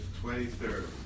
Twenty-third